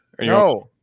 No